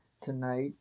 tonight